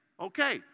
Okay